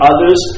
Others